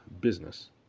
business